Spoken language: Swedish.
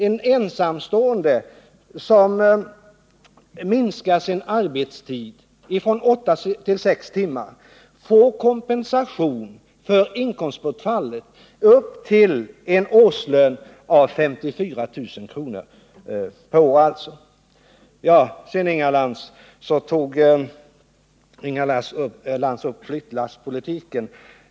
En ensamstående förälder, som minskar sin arbetstid från åtta till sex timmar, får kompensation för inkomstbortfallet upp till en årslön av 54 000 kr. Sedan tog Inga Lantz upp flyttlasspolitiken.